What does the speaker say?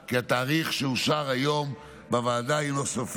כי התאריך שאושר היום בוועדה הינו סופי,